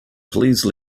please